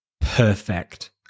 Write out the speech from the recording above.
perfect